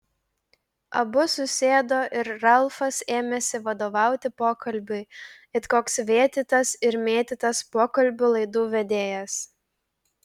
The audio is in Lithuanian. abu susėdo ir ralfas ėmėsi vadovauti pokalbiui it koks vėtytas ir mėtytas pokalbių laidų vedėjas